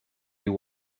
you